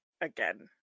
again